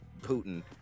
Putin